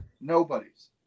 Nobody's